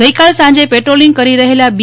ગઇકાલે સાંજે પેટ્રોલીંગ કરી રહેલા બી